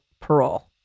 parole